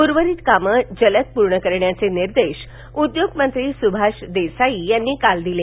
उर्वरित कामं जलद पूर्ण करण्याचे निर्देश उद्योगमंत्री सुभाष देसाई यांनी काल दिले